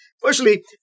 Firstly